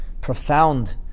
profound